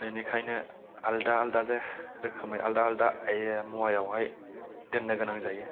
बेनिखायनो आलादा आलादा रोखोमै आलादा आलादा मुवायावहाय दोननो गोनां जायो